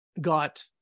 got